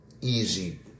easy